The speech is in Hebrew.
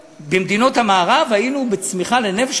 במדינות המערב אנחנו היינו במקום הראשון בצמיחה לנפש.